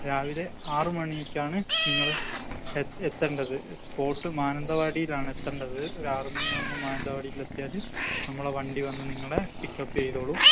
രാവിലെ ആറു മണിക്കാണ് നിങ്ങള് എത്തണ്ടത് സ്പോട്ട് മാനന്തവാടിയിലാണ് എത്തണ്ടത് ഒരു ആറു മണിയാവുമ്പോള് മാനന്തവാടിയിലെത്തിയാല് നമ്മളെ വണ്ടിവന്നു നിങ്ങളെ പിക്കപ്പെയ്തോളും